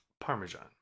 Parmesan